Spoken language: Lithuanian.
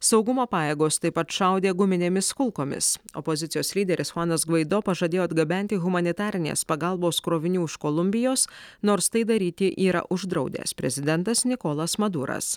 saugumo pajėgos taip pat šaudė guminėmis kulkomis opozicijos lyderis huanas gvaido pažadėjo atgabenti humanitarinės pagalbos krovinių už kolumbijos nors tai daryti yra uždraudęs prezidentas nikolas maduras